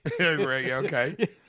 Okay